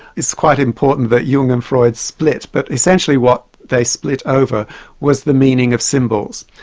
it's quite important that jung and freud split, but essentially what they split over was the meaning of symbols.